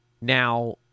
Now